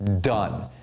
done